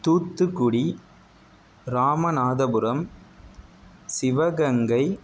Thoothukudi Ramanathapuram Sivaganga